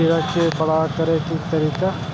खीरा के बड़ा करे के तरीका?